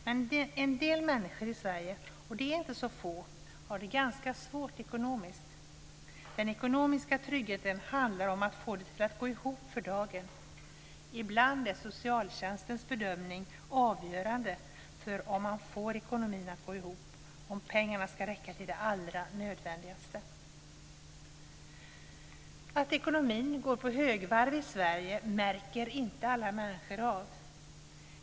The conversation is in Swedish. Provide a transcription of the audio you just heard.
Men en del människor i Sverige, och de är inte så få, har det ganska svårt ekonomiskt. Den ekonomiska tryggheten handlar om att få det att gå ihop för dagen. Ibland är socialtjänstens bedömning avgörande för om man får ekonomin att gå ihop, för om pengarna räcker till det allra nödvändigaste. Att ekonomin går på högvarv i Sverige märker inte alla människor av.